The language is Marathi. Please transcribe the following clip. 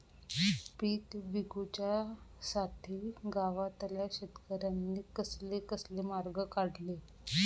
पीक विकुच्यासाठी गावातल्या शेतकऱ्यांनी कसले कसले मार्ग काढले?